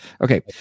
Okay